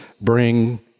bring